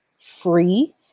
free